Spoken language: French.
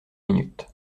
minutes